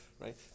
right